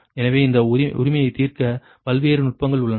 எனவே இந்த உரிமையை தீர்க்க பல்வேறு நுட்பங்கள் உள்ளன